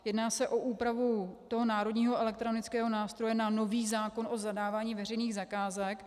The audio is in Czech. Jedná se o úpravu toho Národního elektronického nástroje na nový zákon o zadávání veřejných zakázek.